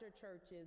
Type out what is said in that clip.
churches